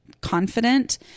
confident